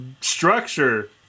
structure